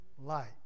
light